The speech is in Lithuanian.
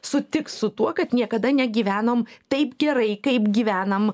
sutiks su tuo kad niekada negyvenom taip gerai kaip gyvenam